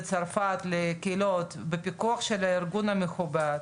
לצרפת, לקהילות, בפיקוח של הארגון המכובד,